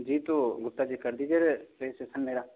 जी तो गुप्ता जी कर दीजिये रजिस्टेशन मेरा